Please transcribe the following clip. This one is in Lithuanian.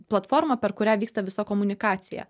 platforma per kurią vyksta visa komunikacija